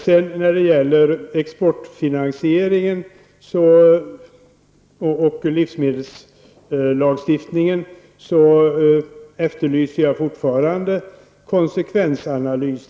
När det sedan gäller exportfinansieringen och livsmedelslagstiftningen efterlyser jag fortfarande konsekvensanalyser.